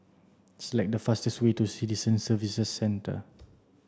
select the fastest way to Citizen Services Centre